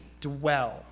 dwell